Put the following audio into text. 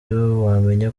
wamenya